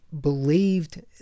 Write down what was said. believed